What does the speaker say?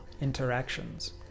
interactions